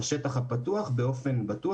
בשטח הפתוח באופן בטוח.